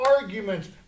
arguments